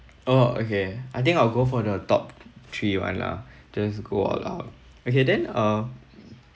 oh okay I think I will go for the top three [one] lah just go all out okay then ah